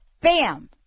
Bam